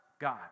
God